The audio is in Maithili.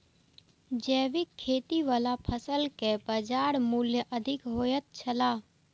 जैविक खेती वाला फसल के बाजार मूल्य अधिक होयत छला